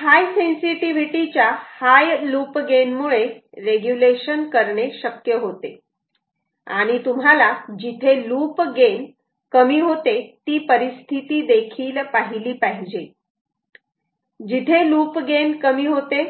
हाय sensitivity च्या high loop gain मुळे regulation करणे शक्य होते आणि तुम्हाला जिथे लूप गेन कमी होते ती परिस्थितीदेखील पाहिली पाहिजे जिथे लूप गेन कमी होते